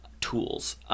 tools